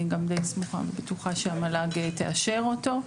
אני גם די סמוכה ובטוחה שהמל"ג תאשר אותו,